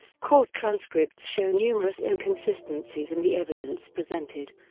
court transcripts show numerous inconsistencies in the evidence presented